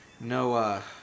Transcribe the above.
no